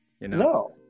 No